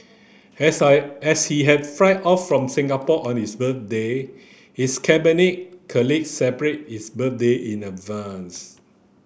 as I as he had fly off from Singapore on his birthday his Cabinet colleagues celebrated his birthday in advance